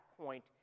point